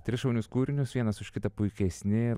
tris šaunius kūrinius vienas už kitą puikesni